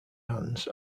hands